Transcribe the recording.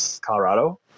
colorado